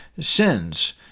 sins